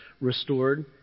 restored